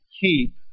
keep